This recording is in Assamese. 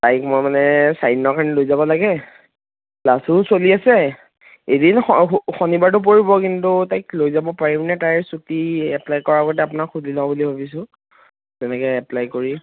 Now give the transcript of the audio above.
তাইক মই মানে চাৰিদিনৰ কাৰণে লৈ যাব লাগে ক্লাছবোৰ চলি আছে এদিন শনিবাৰটো পৰিব কিন্তু তাইক লৈ যাব পাৰিমনে তাইৰ চুটি এপ্লাই কৰাৰ আগতে আপোনাক শুধি লওঁ বুলি ভাবিছোঁ যেনেকৈ এপ্লাই কৰি